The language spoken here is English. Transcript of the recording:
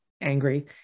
angry